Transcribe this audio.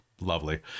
lovely